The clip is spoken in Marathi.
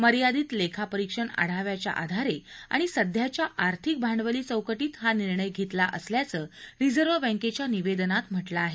मर्यादित लेखापरीक्षण आढाव्याच्या आधारे आणि सध्याच्या आर्थिक भांडवली चौकटीत हा निर्णय घेतला असल्याचं रिझर्व्ह बँकेच्या निवेदनात म्हटलं आहे